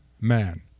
man